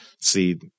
see